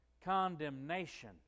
condemnation